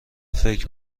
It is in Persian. فکر